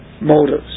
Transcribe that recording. motives